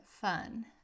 fun